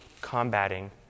combating